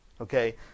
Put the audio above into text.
okay